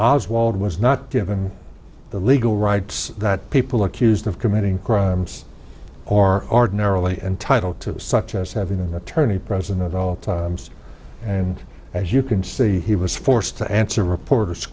oz wald was not given the legal rights that people accused of committing crimes are ordinarily entitled to such as having an attorney present at all times and as you can see he was forced to answer reporters